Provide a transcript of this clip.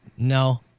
No